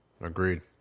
Agreed